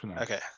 Okay